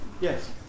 Yes